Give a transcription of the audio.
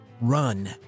run